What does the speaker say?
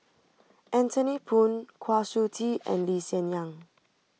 Anthony Poon Kwa Siew Tee and Lee Hsien Yang